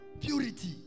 Purity